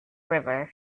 river